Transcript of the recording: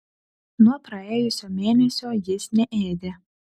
nuo praėjusio mėnesio jis neėdė